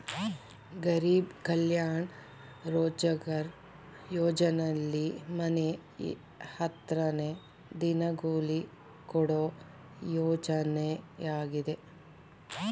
ಗರೀಬ್ ಕಲ್ಯಾಣ ರೋಜ್ಗಾರ್ ಯೋಜನೆಲಿ ಮನೆ ಹತ್ರನೇ ದಿನಗೂಲಿ ಕೊಡೋ ಯೋಜನೆಯಾಗಿದೆ